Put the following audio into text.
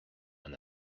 and